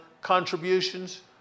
contributions